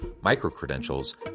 micro-credentials